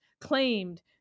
claimed